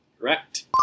Correct